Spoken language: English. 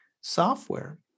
software